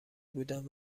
بودم